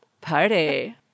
Party